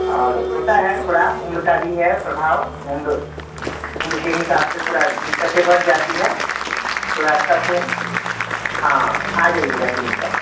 और होता है थोड़ा उम्र का भी है प्रभाव उम्र उम्र के हिसाब से थाेड़ा दिक्कतें बढ़ जाती हैं थोड़ा अच्छा से हाँ आ जाइएगा क्लीनिक पर